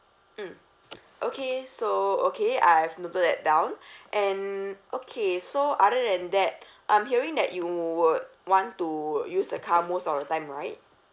mm okay so okay I've noted that down and okay so other than that I'm hearing that you would want to use the car most of the time right